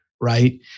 right